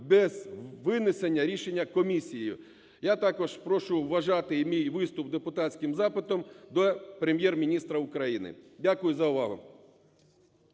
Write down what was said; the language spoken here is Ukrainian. без винесення рішення комісією. Я також прошу вважати мій виступ депутатським запитом до Прем'єр-міністра України. Дякую за увагу.